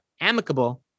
amicable